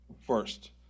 First